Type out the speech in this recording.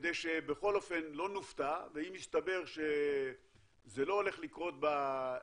כדי שבכל אופן לא נופתע ואם יסתבר שזה לא הולך לקרות בעשר,